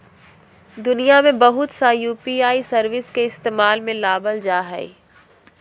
दुनिया में बहुत सा यू.पी.आई सर्विस के इस्तेमाल में लाबल जा हइ